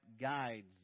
guides